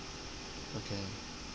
okay